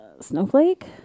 snowflake